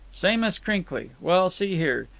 same as crinkly. well, see here.